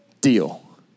deal